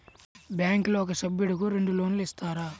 బ్యాంకులో ఒక సభ్యుడకు రెండు లోన్లు ఇస్తారా?